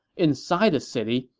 inside the city,